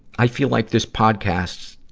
i feel like this podcast.